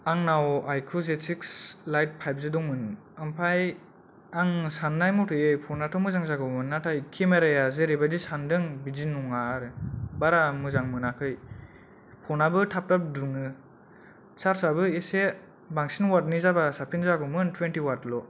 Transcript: आंनाव आयखु जेट सिकस लाइट पाइबजि दंमोन आमफाय आं साननाय मथे पन आथ' मोजां जागौमोन नाथाय केमेराया जेरैबायदि सानदों बिदि नङा आरो बारा मोजां मोनाखै पन आबो थाब थाब दुङो चार्ज आबो एसे बांसिन वाटनि जाबा साबसिन जागौमोन टुइन्टी वाट ल'